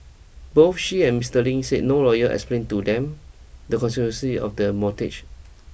both she and Mister Ling said no lawyer explained to them the consequences of the